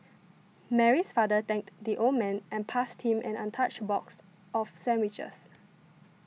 Mary's father thanked the old man and passed him an untouched box of sandwiches